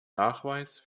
nachweis